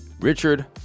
Richard